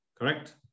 Correct